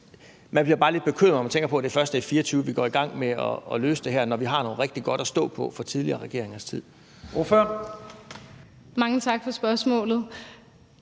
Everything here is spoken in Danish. Man bliver bare lidt bekymret, når man tænker på, at det først er i 2024, at vi går i gang med at løse det her, når vi har noget rigtig godt at stå på fra tidligere regeringers tid. Kl. 11:19 Første